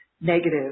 negative